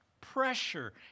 pressure